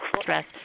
stress